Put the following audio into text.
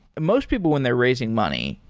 most people when they're raising money,